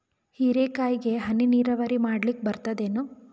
ಹೀರೆಕಾಯಿಗೆ ಹನಿ ನೀರಾವರಿ ಮಾಡ್ಲಿಕ್ ಬರ್ತದ ಏನು?